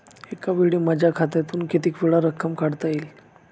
एकावेळी माझ्या खात्यातून कितीवेळा रक्कम काढता येईल?